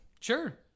Sure